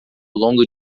longo